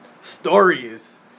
stories